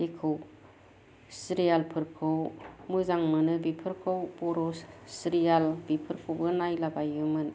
जेखौ सिरियालफोरखौ मोजां मोनो बेफोरखौ बर' सिरियाल बेफोरखौ नायला बायोमोन